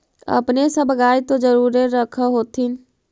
अपने सब गाय तो जरुरे रख होत्थिन?